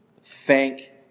Thank